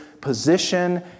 position